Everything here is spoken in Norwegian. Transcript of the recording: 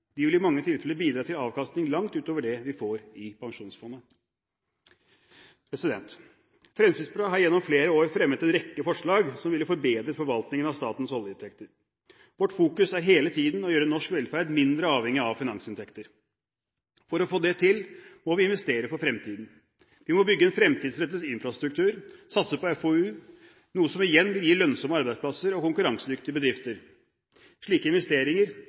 De vil i mange tilfeller bidra til avkastning langt utover det vi får i Pensjonsfondet. Fremskrittspartiet har gjennom flere år fremmet en rekke forslag som ville forbedret forvaltningen av statens oljeinntekter. Vårt fokus er hele tiden å gjøre norsk velferd mindre avhengig av finansinntekter. For å få det til må vi investere for fremtiden, vi må bygge en fremtidsrettet infrastruktur og satse på FoU, noe som igjen vil gi lønnsomme arbeidsplasser og konkurransedyktige bedrifter. Slike investeringer